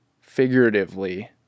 Figuratively